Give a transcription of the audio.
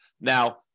Now